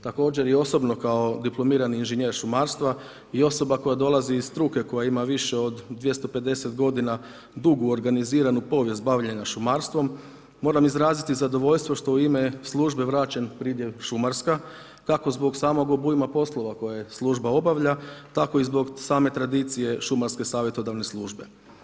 Također i osobno kao diplomirani inženjer šumarstva i osoba koja dolazi iz struke koja ima više od 250 godina dugu organiziranu povijest bavljenja šumarstvom, moram izraziti zadovoljstvo što u ime službe je vraćen pridjev „šumarska“ kako zbog samog obujma poslova koje služba obavlja, tako i zbog same tradicije šumarske savjetodavne službe.